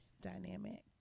dynamic